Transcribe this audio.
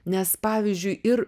nes pavyzdžiui ir